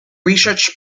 research